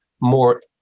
more